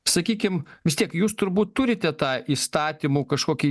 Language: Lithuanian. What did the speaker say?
sakykim vis tiek jūs turbūt turite tą įstatymų kažkokį